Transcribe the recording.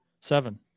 Seven